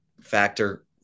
factor